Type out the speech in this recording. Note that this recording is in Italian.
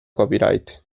copyright